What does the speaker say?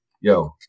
yo